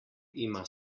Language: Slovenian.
ima